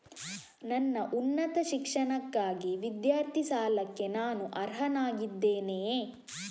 ನನ್ನ ಉನ್ನತ ಶಿಕ್ಷಣಕ್ಕಾಗಿ ವಿದ್ಯಾರ್ಥಿ ಸಾಲಕ್ಕೆ ನಾನು ಅರ್ಹನಾಗಿದ್ದೇನೆಯೇ?